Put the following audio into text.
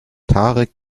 tarek